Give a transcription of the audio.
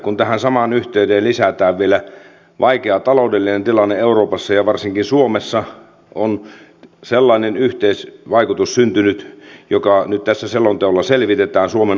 kun tähän samaan yhteyteen lisätään vielä vaikea taloudellinen tilanne euroopassa ja varsinkin suomessa on sellainen yhteisvaikutus syntynyt joka nyt tässä selonteossa selvitetään suomen osalta